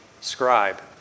scribe